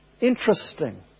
Interesting